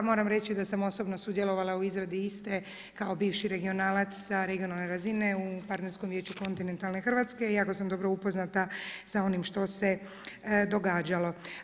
Moram reći da sam osobno sudjelovala u izradi iste, kao bivši regionalac sa regionalne razine u partnerstvom vijeću kontinentalne Hrvatske i ako sam dobro upoznata sa onim što se događalo.